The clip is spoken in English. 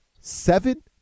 seven